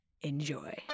Enjoy